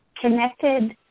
connected